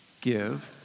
give